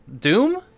Doom